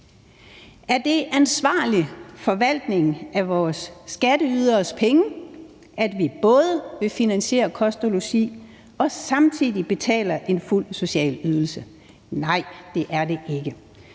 derudover ansvarlig forvaltning af vores skatteyderes penge, at vi både betaler kost og logi og samtidig betaler en fuld social ydelse? Nej, det er det ikke.